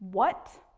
what?